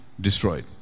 destroyed